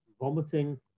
vomiting